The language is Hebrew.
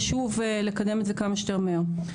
חשוב לקדם את זה כמה שיותר מהר.